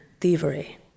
thievery